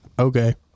Okay